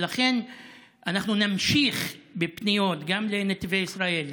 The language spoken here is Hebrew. ולכן אנחנו נמשיך בפניות גם לנתיבי ישראל,